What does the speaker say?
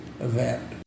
event